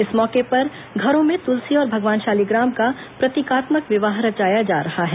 इस मौके पर घरों में तुलसी और भगवान शालीग्राम का प्रतिकात्मक विवाह रचाया जा रहा है